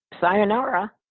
sayonara